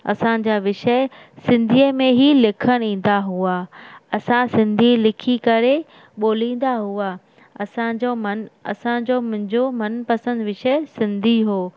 असांजा विषय सिंधीअ में ई लिखल ईंदा हुआ असां सिंधी लिखी करे ॿोलींदा हुआ असांजो मनु असांजो मुंहिंजो मनपसंदि विषय सिंधी हो